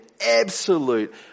absolute